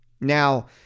Now